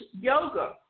yoga